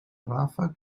ràfec